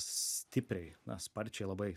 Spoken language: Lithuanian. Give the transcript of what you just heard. stipriai na sparčiai labai